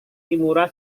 kimura